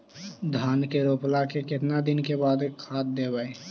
धान के रोपला के केतना दिन के बाद खाद देबै?